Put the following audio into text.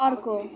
अर्को